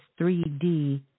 3D